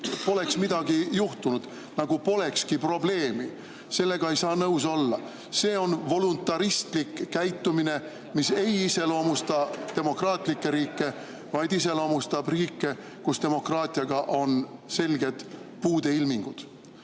poleks midagi juhtunud, nagu polekski probleemi. Sellega ei saa nõus olla. See on voluntaristlik käitumine, mis ei iseloomusta demokraatlikke riike, vaid iseloomustab riike, kus demokraatiaga on selged puudeilmingud.